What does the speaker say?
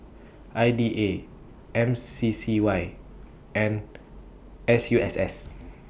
I D A M C C Y and S U S S